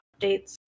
updates